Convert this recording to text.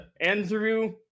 Andrew